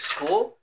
School